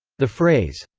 the phrase,